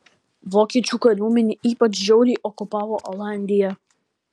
vokiečių kariuomenė ypač žiauriai okupavo olandiją